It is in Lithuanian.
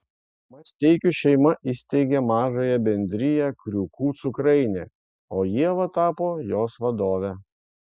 masteikų šeima įsteigė mažąją bendriją kriūkų cukrainė o ieva tapo jos vadove